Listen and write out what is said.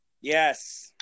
Yes